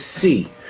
see